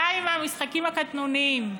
די עם המשחקים הקטנוניים,